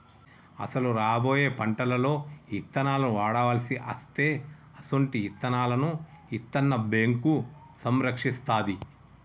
అసలు రాబోయే పంటలలో ఇత్తనాలను వాడవలసి అస్తే అసొంటి ఇత్తనాలను ఇత్తన్న బేంకు సంరక్షిస్తాది